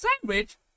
sandwich